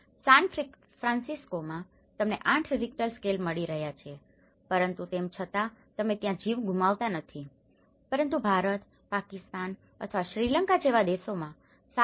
San ફ્રાન્સિસ્કોમાં તમને 8 Richter scale મળી રહ્યા છે પરંતુ તેમ છતાં તમે ત્યાં જીવ ગુમાવતા નથી પરંતુ ભારત પાકિસ્તાન અથવા શ્રીલંકા જેવા દેશોમાં 7